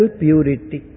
purity